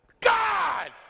God